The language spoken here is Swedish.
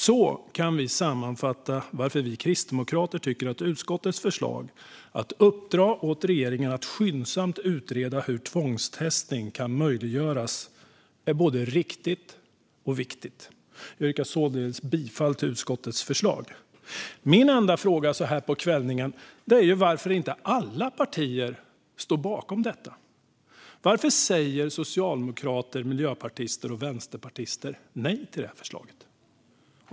Så kan vi sammanfatta varför vi kristdemokrater tycker att utskottets förslag att uppdra åt regeringen att skyndsamt utreda hur tvångstestning kan möjliggöras är både riktigt och viktigt. Jag yrkar således bifall till utskottets förslag. Min enda fråga så här på kvällningen är varför inte alla partier står bakom detta. Varför säger socialdemokrater, miljöpartister och vänsterpartister nej till det här förslaget?